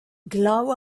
glav